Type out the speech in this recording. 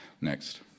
Next